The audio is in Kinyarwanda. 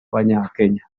abanyakenya